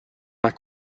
pas